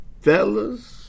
fellas